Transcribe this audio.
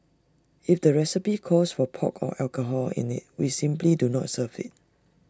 if the recipe calls for pork or alcohol in IT we simply do not serve IT